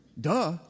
duh